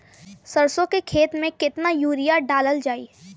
सरसों के खेती में केतना यूरिया डालल जाई?